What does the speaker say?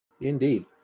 indeed